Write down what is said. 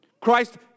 Christ